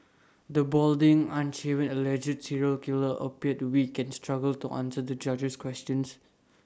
the balding unshaven alleged serial killer appeared weak and struggled to answer the judge's questions